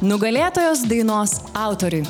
nugalėtojos dainos autoriui